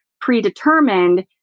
predetermined